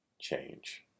change